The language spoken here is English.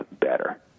better